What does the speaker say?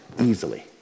easily